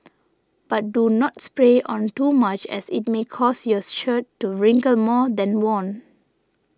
but do not spray on too much as it may cause your shirt to wrinkle more than worn